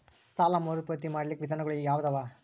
ಸಾಲ ಮರುಪಾವತಿ ಮಾಡ್ಲಿಕ್ಕ ವಿಧಾನಗಳು ಯಾವದವಾ?